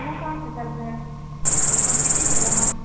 हम कहाँसँ करबै सभ बिकी गेलै ने